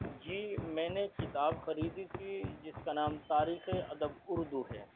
جی میں نے کتاب خریدی تھی جس کا نام تاریخِ ادب اردو ہے